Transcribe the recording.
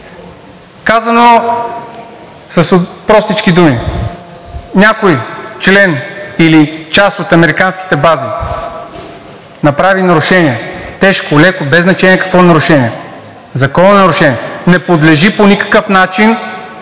Казано с простички думи: някой член или част от американските бази направи нарушение – тежко, леко, без значение какво нарушение, закононарушение, не подлежи по никакъв начин